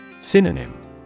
Synonym